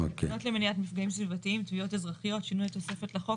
תקנות למניעת מפגעים סביבתיים (תביעות אזרחיות) (שינוי התוספת לחוק),